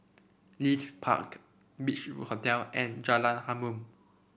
Leith Park Beach Hotel and Jalan Harum